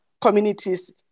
communities